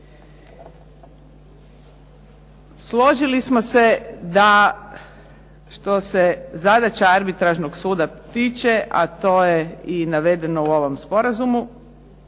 Složili smo se da što se zadaća arbitražnog suda tiče a to je i navedeno u ovom sporazumu.